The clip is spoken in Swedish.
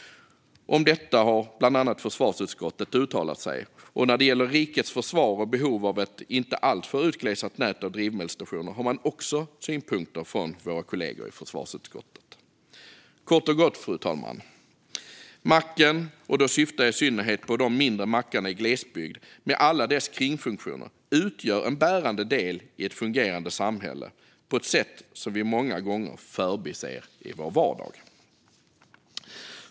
Om detta har bland annat försvarsutskottet uttalat sig. När det gäller rikets försvar och behovet av ett inte alltför utglesat nät av drivmedelsstationer har det också kommit synpunkter från våra kollegor i försvarsutskottet. Kort och gott, fru talman: Macken - och då syftar jag i synnerhet på de mindre mackarna i glesbygd med alla deras kringfunktioner - utgör en bärande del i ett fungerande samhälle på ett sätt som vi många gånger förbiser i vår vardag.